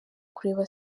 kureba